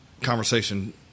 conversation